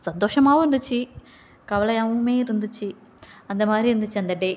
சந்தோஷமாகவும் இருந்துச்சு கவலையாகவுமே இருந்துச்சு அந்தமாதிரி இருந்துச்சு அந்த டே